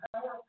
power